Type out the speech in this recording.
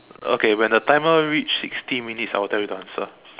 okay when the timer reach sixty minutes I will tell you the answer